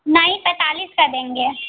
नहीं पैंतालीस का देंगे